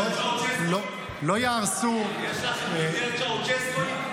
לא יהרסו --- יש לך את זה ביותר צ'אוצ'סקואית?